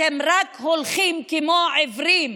אתם רק הולכים כמו עיוורים